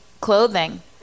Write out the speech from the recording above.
clothing